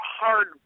hard